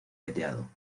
veteado